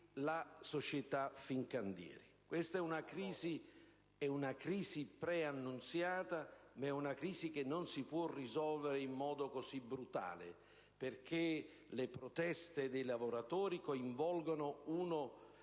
la società Fincantieri. Questa è una crisi preannunziata, ma che non si può risolvere in modo così brutale, perché le proteste dei lavoratori coinvolgono uno